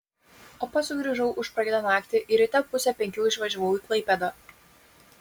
o pats sugrįžau užpraeitą naktį ir ryte pusę penkių išvažiavau į klaipėdą